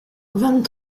vingt